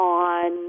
on